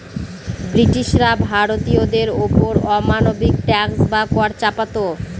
ব্রিটিশরা ভারতীয়দের ওপর অমানবিক ট্যাক্স বা কর চাপাতো